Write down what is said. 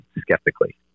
skeptically